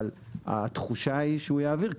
אבל התחושה היא שהוא יעביר,